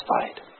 satisfied